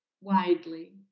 widely